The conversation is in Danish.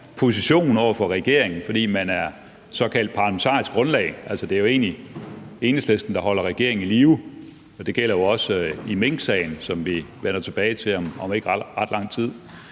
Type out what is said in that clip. position over for regeringen, fordi man er såkaldt parlamentarisk grundlag. Altså, det er jo egentlig Enhedslisten, der holder regeringen i live. Det gælder jo også i minksagen, som vi vender tilbage til om ikke ret lang tid.